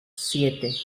siete